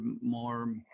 more